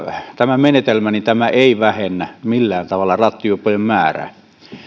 tämä menetelmä ei vähennä millään tavalla rattijuoppojen määrää